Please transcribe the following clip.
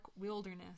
wilderness